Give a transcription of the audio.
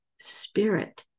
spirit